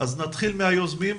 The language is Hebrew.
נשמע בתחילה מהיוזמים,